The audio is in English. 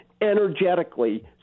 energetically